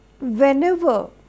whenever